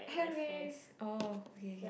have eh orh okay okay